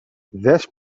this